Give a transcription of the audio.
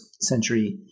century